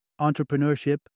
entrepreneurship